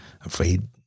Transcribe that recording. afraid